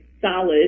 solid